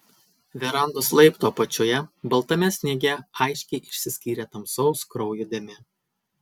verandos laiptų apačioje baltame sniege aiškiai išsiskyrė tamsaus kraujo dėmė